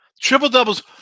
Triple-doubles